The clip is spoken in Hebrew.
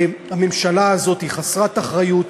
הממשלה הזאת היא חסרת אחריות,